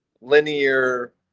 linear